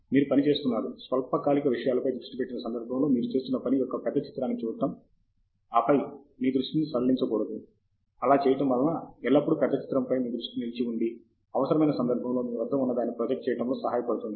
మీరు పని చేస్తున్నారు స్వల్పకాలిక విషయాలపై దృష్టి పెట్టిన సందర్భంలో మీరు చేస్తున్న పని యొక్క పెద్ద చిత్రాన్ని చూడటం పై మీ దృష్టిని సడలించకూడదు అలా చేయటం వలన ఎల్లప్పుడూ పెద్ద చిత్రము పై మీ దృష్టి నిలిచి ఉండి అవసరమైన సందర్భంలో మీ వద్ద ఉన్న దాన్ని ప్రొజెక్ట్ చేయడంలో సహాయపడుతుంది